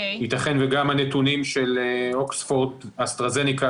ייתכן וגם הנתונים של אוקספורד אסטרהזניקה,